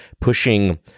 pushing